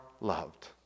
loved